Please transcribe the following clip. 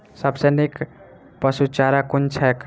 सबसँ नीक पशुचारा कुन छैक?